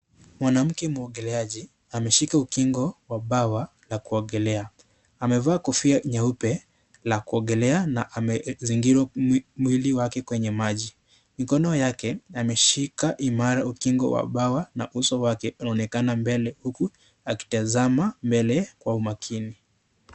Mwanamke muogeleaji ameshika ukingo wa bawa la kuogelea. Amevaa kofia nyeupe la kuogelea na amezingirwa mwili wake kwenye maji. Mikono yake yameshika imara ukingo wa bawa na uso wake unaonekana mbele huku akitazama mbele kwa umakini.